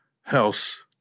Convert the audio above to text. house